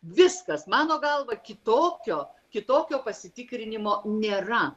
viskas mano galva kitokio kitokio pasitikrinimo nėra